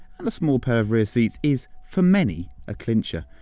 and a small pair of rear seats is, for many, a clincher.